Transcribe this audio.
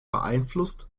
beeinflusst